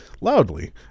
loudly